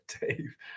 Dave